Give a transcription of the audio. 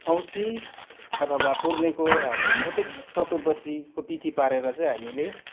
औँसी अथवा पूर्णेको हाम्रो प्रत्येक चतुर्दशीको तिथि पारेर चाहिँ हामीले